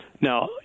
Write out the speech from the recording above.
Now